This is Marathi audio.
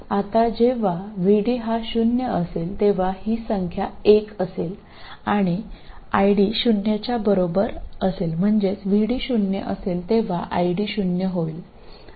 आता जेव्हा VD हा शून्य असेल तेव्हा ही संख्या एक असेल आणि ID शून्याच्या बरोबर असेल म्हणजेच VD शून्य असेल तेव्हा ही ID शून्य होईल